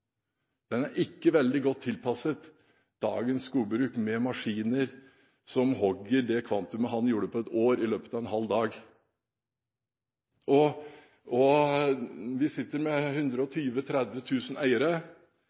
Den er ikke veldig godt tilpasset dagens skogbruk, med maskiner som hogger det kvantumet han gjorde på et år, i løpet av en halv dag. Vi sitter med 120 000–130 000 eiere. Statistikken viser veldig klart at aktive eiere